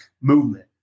movement